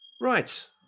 Right